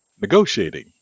Negotiating